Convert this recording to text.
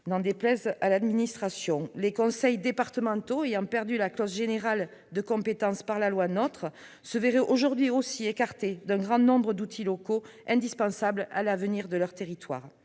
n'en déplaise à l'administration. Les conseils départementaux, ayant perdu la clause générale de compétence avec la loi NOTRe, se verraient aujourd'hui privés également d'un grand nombre d'outils locaux indispensables à l'avenir de leurs territoires.